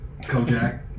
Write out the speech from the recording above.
Kojak